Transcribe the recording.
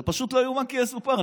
זה פשוט לא יאומן כי יסופר.